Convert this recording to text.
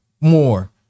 more